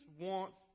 wants